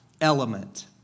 element